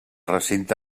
recinte